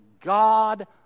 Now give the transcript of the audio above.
God